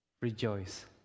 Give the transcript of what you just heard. rejoice